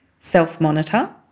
self-monitor